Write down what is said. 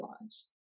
lives